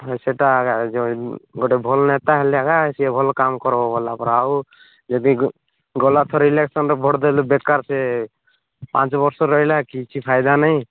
ହଁ ସେଟା ଆକା ଯୋଉଁ ଗୋଟେ ଭଲ ନେତା ହେଲେ ଆକା ସିଏ ଭଲ କାମ କରିବ ବୋଲଲା ପରା ଆଉ ଯଦି ଗଲା ଥର ଇଲେକ୍ସନ୍ରେ ଭୋଟ୍ ଦେଲୁ ବେକାର ସିଏ ପାଞ୍ଚ ବର୍ଷ ରହିଲା କିଛି ଫାଇଦା ନାହିଁ